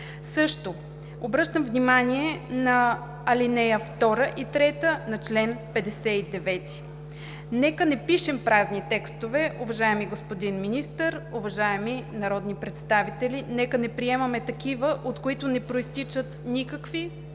Също обръщам внимание на алинеи 2 и 3 на чл. 59. Нека не пишем празни текстове, уважаеми господин Министър, уважаеми народни представители. Нека не приемаме такива, от които не произтичат никакви правни